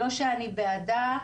לא שאני בעדה,